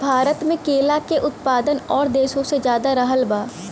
भारत मे केला के उत्पादन और देशो से ज्यादा रहल बा